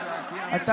אני מקשיב לך.